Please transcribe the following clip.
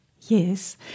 Yes